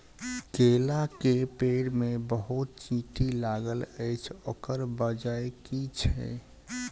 केला केँ पेड़ मे बहुत चींटी लागल अछि, ओकर बजय की छै?